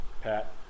Pat